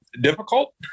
difficult